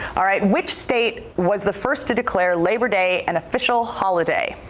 all right which state was the first to declare labor day an official holiday.